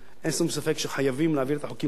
אין שום ספק שחייבים להעביר את החוקים הללו